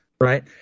Right